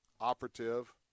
operative